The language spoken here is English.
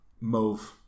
Mauve